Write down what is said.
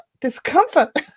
discomfort